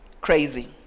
crazy